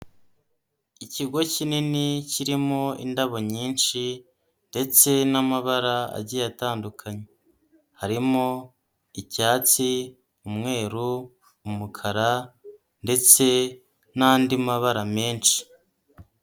Ikigo kinini kirimo indabo nyinshi ndetse n'amabara agiye atandukanye, harimo icyatsi, umweru, umukara ndetse n'andi mabara menshi.